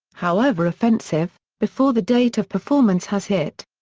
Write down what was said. however offensive, before the date of performance has hit.